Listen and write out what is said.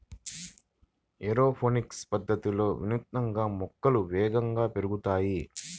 aeroponics పద్ధతిలో వినూత్నంగా మొక్కలు వేగంగా పెరుగుతాయి